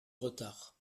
retard